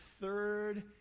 third